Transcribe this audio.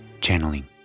Channeling